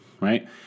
right